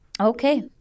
Okay